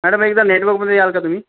madam एकदा नेटवर्कमध्ये याल का तुम्ही